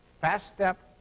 fast step,